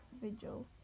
vigil